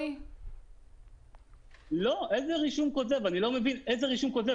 אני לא מבין על איזה רישום כוזב